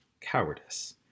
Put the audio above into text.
cowardice